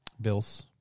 Bills